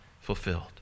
fulfilled